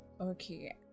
Okay